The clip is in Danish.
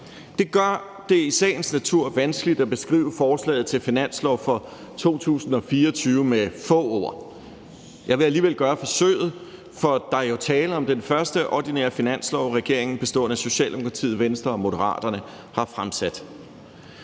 Det gør det i sagens natur vanskeligt at beskrive forslaget til finanslov for 2024 med få ord. Jeg vil alligevel gøre forsøget, for der er jo tale om det første ordinære finanslovsforslag, som regeringen bestående af Socialdemokratiet, Venstre og Moderaterne har fremsat.